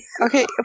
Okay